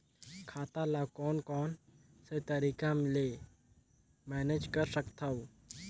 खाता ल कौन कौन से तरीका ले मैनेज कर सकथव?